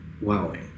Wowing